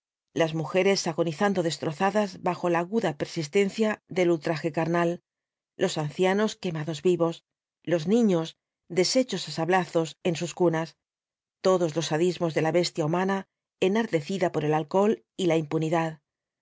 las mujeres agonizando destrozadas bajo la aguda persistencia del ultraje carnal los ancianos quemados vivos los niños deshechos á sablazos en sus cu v bla ibáñbz ñas todos los sadismos de la bestia humana enardecida por el alcohol y la impunidad